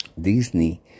Disney